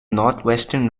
northwestern